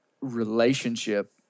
relationship